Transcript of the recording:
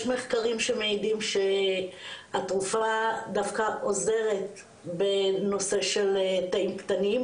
יש מחקרים שמעידים שהתרופה דווקא עוזרת בנושא של תאים קטנים,